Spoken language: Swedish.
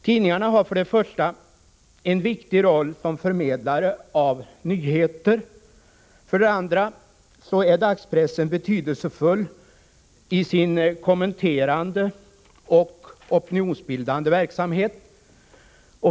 För det första har tidningarna en viktig roll som förmedlare av nyheter. För det andra är dagspressen betydelsefull i sin kommenterande och opinionsbildande verksamhet.